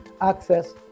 access